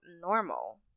normal